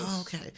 okay